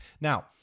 Now